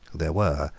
there were,